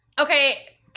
Okay